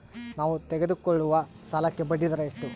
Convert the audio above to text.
ನಾವು ತೆಗೆದುಕೊಳ್ಳುವ ಸಾಲಕ್ಕೆ ಬಡ್ಡಿದರ ಎಷ್ಟು?